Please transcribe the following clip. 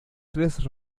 tres